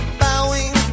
bowing